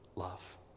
Love